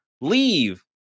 Leave